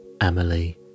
Emily